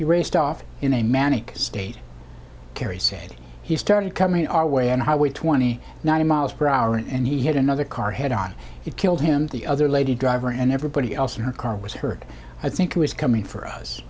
he raced off in a manic state kerry said he started coming our way on highway twenty nine mph and he hit another car head on it killed him the other lady driver and everybody else in her car was hurt i think he was coming for us